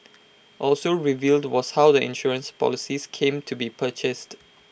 also revealed was how the insurance policies came to be purchased